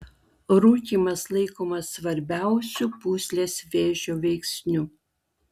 rūkymas laikomas svarbiausiu pūslės vėžio veiksniu